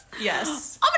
Yes